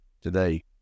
today